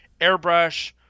airbrush